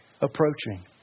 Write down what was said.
approaching